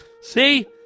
See